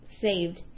saved